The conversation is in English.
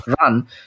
run